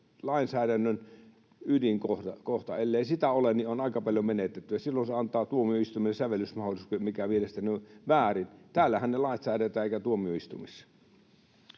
lainsäädännön ydinkohtia. Ellei niitä ole, niin on aika paljon menetetty, ja silloin se antaa tuomioistuimelle sävellysmahdollisuuden, mikä mielestäni on väärin. Täällähän ne lait säädetään eikä tuomioistuimissa.